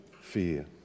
fear